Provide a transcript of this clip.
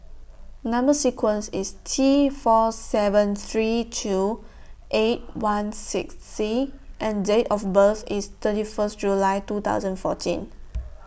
Number sequence IS T four seven three two eight one six C and Date of birth IS thirty First July two thousand fourteen